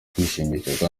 kwishimisha